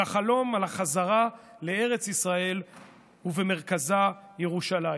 לחלום על החזרה לארץ ישראל ובמרכזה ירושלים.